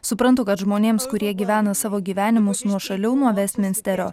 suprantu kad žmonėms kurie gyvena savo gyvenimus nuošaliau nuo vestminsterio